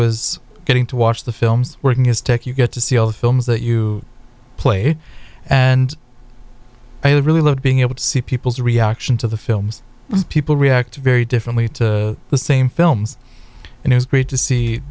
was getting to watch the films working his tech you get to see all the films that you play and i really love being able to see people's reaction to the films people react very differently to the same films and it was great to see